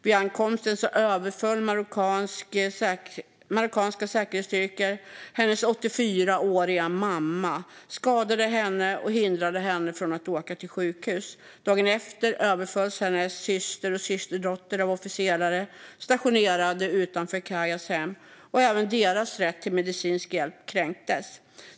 Vid ankomsten överföll marockanska säkerhetsstyrkor hennes 84-åriga mamma. De skadade henne och hindrade henne från att åka till sjukhus. Dagen efter överfölls hennes syster och systerdotter av officerare, stationerade utanför Sultana Khayas hem. Även deras rätt till medicinsk hjälp kränktes.